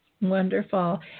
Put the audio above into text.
Wonderful